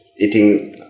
eating